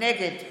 נגד